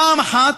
פעם אחת,